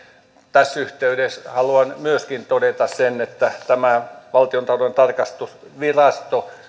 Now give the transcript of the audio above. tässä yhteydessä haluan myöskin todeta sen että valtiontalouden tarkastusvirasto